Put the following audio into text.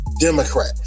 Democrat